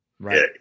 right